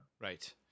Right